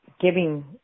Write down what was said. giving